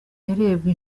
yarebwe